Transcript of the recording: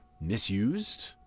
misused